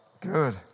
Good